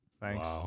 Thanks